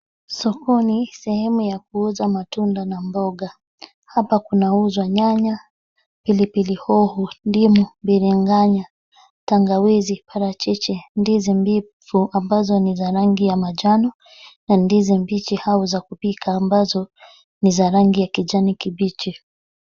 Sokoni sehemu ya kuuza matunda na mboga. Hapa kunauzwa nyanya, pilipili hoho, ndimu, piriganya, tangawizi, parachichi, ndizi mbivu ambazo ni za rangi ya manjano na ndizi mbichi au za kupika ambazo ni za rangi ya kijani kibichi.